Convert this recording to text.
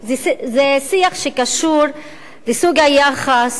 זה שיח שקשור לסוג היחס,